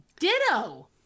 Ditto